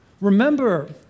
remember